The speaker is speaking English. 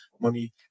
money